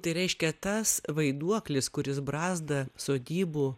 tai reiškia tas vaiduoklis kuris brazda sodybų